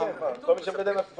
כן, כן, כל מי שמגדל מלפפונים.